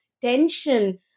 tension